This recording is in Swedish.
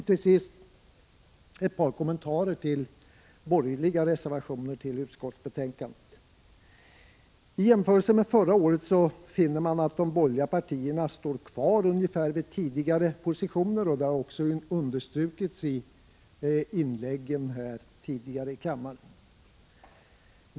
Till sist ett par kommentarer till borgerliga reservationer till utskottsbetänkandet. Vid en jämförelse med förra året finner man att de borgerliga partierna står kvar ungefär vid tidigare positioner. Det har också understrukits i tidigare inlägg i kammaren.